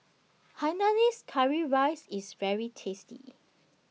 Hainanese Curry Rice IS very tasty